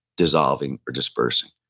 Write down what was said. dissolving, or dispersing.